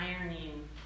ironing